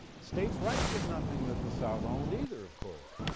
states' rights was nothing that the south owned either, of course.